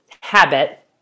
habit